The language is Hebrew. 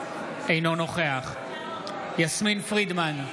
אינו נוכח יסמין פרידמן,